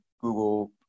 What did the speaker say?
Google